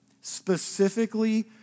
specifically